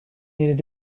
needed